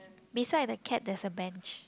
beside the cat there's a bench